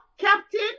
Captain